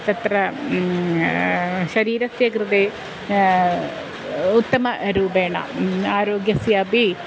तत्र शरीरस्य कृते उत्तमरूपेण आरोग्यस्यापि